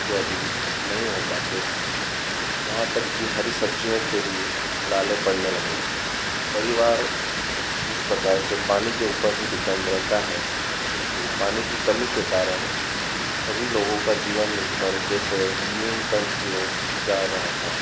इत्यादि नहीं हो पाते हैं यहाँ तक कि हरी सब्जियों की भी लाले पड़ने लगे थे परिवार जिस प्रकार से पानी के ऊपर ही डिपेंड रहता है पानी की कमी के कारण सभी लोगों का जीवन स्तर जैसे न्यूनतम की ओर जा रहा था